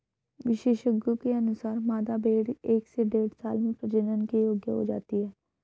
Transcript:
विशेषज्ञों के अनुसार, मादा भेंड़ एक से डेढ़ साल में प्रजनन के योग्य हो जाती है